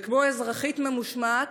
וכמו אזרחית ממושמעת,